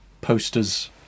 posters